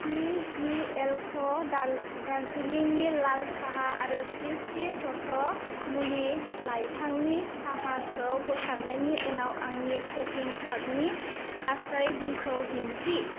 T G L क' दार्जिलिंनि लाल साहा आरो स्रि स्रि तत्व मुलि लाइफांनि साहाखौ बोखारनायनि उनाव आंनि श'पिं कार्टनि गासै बिलखौ दिन्थि